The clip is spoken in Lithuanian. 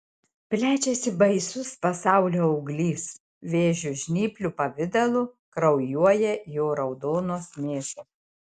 plečiasi baisus pasaulio auglys vėžio žnyplių pavidalu kraujuoja jo raudonos mėsos